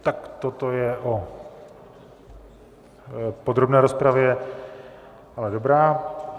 Tak toto je v podrobné rozpravě, ale dobrá.